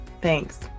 thanks